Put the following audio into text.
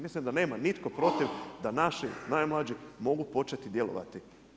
Mislim da nema nitko protiv da naši najmlađi mogu početi djelovati.